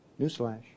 Newsflash